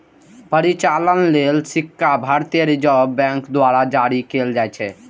परिचालन लेल सिक्का भारतीय रिजर्व बैंक द्वारा जारी कैल जाइ छै